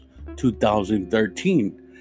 2013